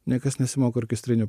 niekas nesimoko orkestrinių